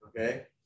okay